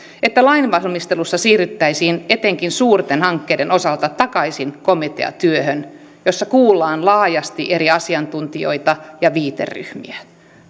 että lainvalmistelussa siirryttäisiin etenkin suurten hankkeiden osalta takaisin komiteatyöhön jossa kuullaan laajasti eri asiantuntijoita ja viiteryhmiä